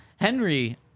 Henry